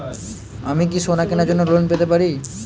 আমি কি সোনা কেনার জন্য লোন পেতে পারি?